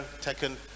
taken